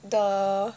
the